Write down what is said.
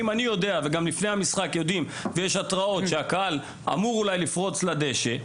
אם לפני המשחק יש התראות שהקהל אמור אולי לפרוץ לדשא,